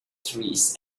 trees